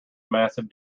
massive